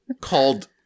called